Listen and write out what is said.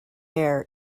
air